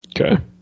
Okay